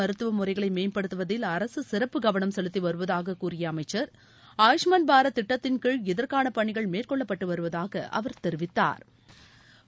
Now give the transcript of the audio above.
மருத்துவமுறைகளைமேம்படுத்துவதில் அரசுசிறப்பு கவனம் ஆயுஷ் செலுத்திவருவதாககூறியஅமைச்சா் பாரத் திட்டத்தின் கீழ் இதற்கானபணிகள் மேற்கொள்ளப்பட்டுவருவதாகதெரிவித்தாா்